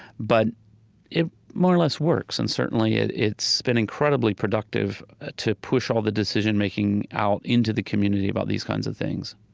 but it more or less works and certainly it's been incredibly productive to push all the decision-making out into the community about these kinds of things